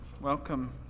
Welcome